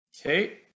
Okay